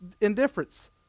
indifference